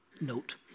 note